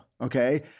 okay